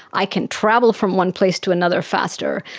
i can travel from one place to another faster.